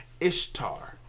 Ishtar